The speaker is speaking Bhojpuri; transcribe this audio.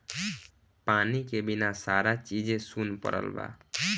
पानी के बिना सारा चीजे सुन परल बा